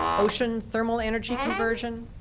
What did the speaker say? ocean thermal energy conversion,